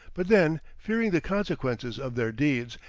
but then, fearing the consequences of their deeds,